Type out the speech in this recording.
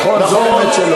נכון.